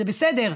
זה בסדר,